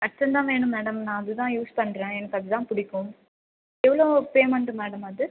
ஹட்சன் தான் வேணும் மேடம் நான் அதுதான் யூஸ் பண்ணுறேன் எனக்கு அதுதான் பிடிக்கும் எவ்வளோ பேமெண்ட் மேடம் அது